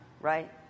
right